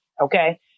Okay